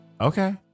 Okay